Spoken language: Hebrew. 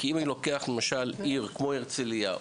אם אני לוקח למשל עיר כמו הרצליה,